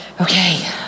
okay